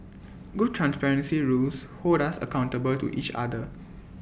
good transparency rules hold us accountable to each other